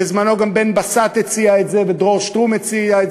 בזמנו גם בן-בסט הציע את זה ודרור שטרום הציע את